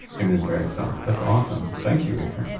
it is very soft. that's awesome. thank you, avery.